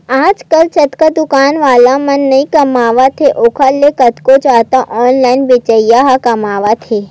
आजकल जतका दुकान वाला मन नइ कमावत हे ओखर ले कतको जादा ऑनलाइन बेचइया ह कमावत हें